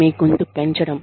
మీ గొంతు పెంచడం